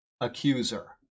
accuser